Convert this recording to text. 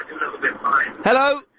Hello